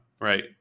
right